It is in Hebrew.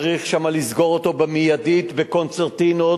צריך שם לסגור אותו במיידית בקונצרטינות,